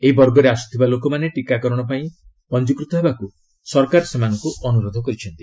ଏହି ବର୍ଗରେ ଆସୁଥିବା ଲୋକମାନେ ଟିକାକରଣ ପାଇଁ ପଞ୍ଜିକୃତ ହେବାକୁ ସରକାର ସେମାନଙ୍କୁ ଅନୁରୋଧ କରିଛନ୍ତି